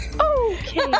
Okay